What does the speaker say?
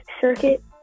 circuit